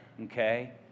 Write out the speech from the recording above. Okay